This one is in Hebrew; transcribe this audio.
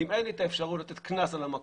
אם אין לי את האפשרות לתת קנס על המקום,